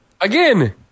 Again